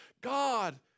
God